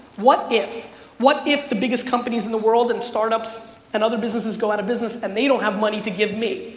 what if what if the biggest companies in the world and startups and other businesses go out of business and they don't have money to give me?